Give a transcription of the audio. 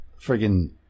friggin